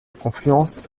confluence